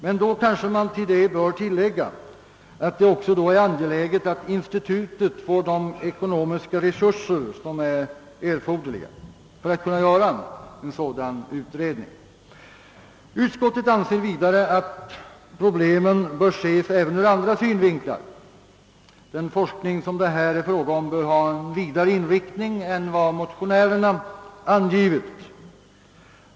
Man bör dock kanske till detta lägga att det också är angeläget att institutet får de ekonomiska resurser, som är erforderliga för att kunna göra en sådan utredning. Utskottet anser vidare att problemen bör ses även ur andra synvinklar. Den forskning det gäller bör ha en vidare inriktning än vad motionärerna angivit.